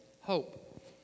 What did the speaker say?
hope